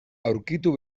aurkitu